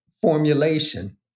formulation